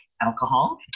alcohol